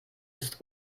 ist